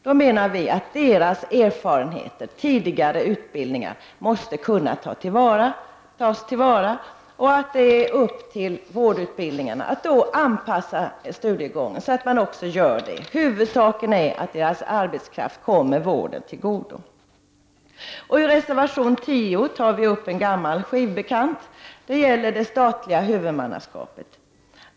Vi menar att deras erfarenheter och tidigare utbildningar måste kunna tas till vara. Det ankommer på vårdutbildningarna att anpassa studiegången på sådant sätt. Huvudsaken är att dessa människors arbetskraft kommer vården till godo. I reservation 10 tar vi upp en gammal ”skivbekant”. Det är det statliga huvudmannaskapet.